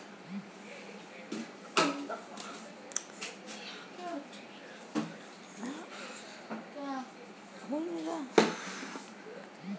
lockdown में share बाजार में खुदरा निवेशक लोग खूब निवेश कईले बाटे